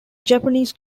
japanese